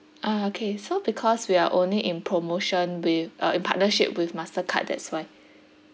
ah okay so because we are only in promotion wi~ uh in partnership with mastercard that's why